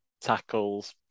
tackles